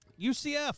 UCF